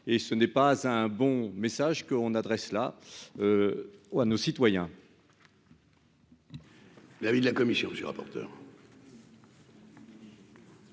et ce n'est pas un bon message qu'on adresse là ou à nous citoyens.